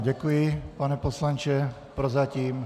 Děkuji vám, pane poslanče, prozatím.